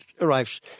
arrives